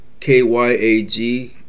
KYAG